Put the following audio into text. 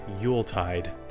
Yuletide